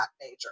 major